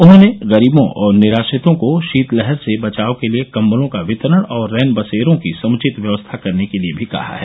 उन्होंने गरीबों और निराश्रितों को शीतलहर से बचाव के लिये कम्बलों का वितरण और रैन बसेरों की समुचित व्यवस्था करने के लिये भी कहा है